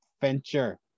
venture